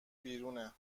بیرونه